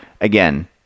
again